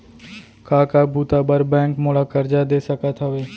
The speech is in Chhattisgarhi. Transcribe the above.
का का बुता बर बैंक मोला करजा दे सकत हवे?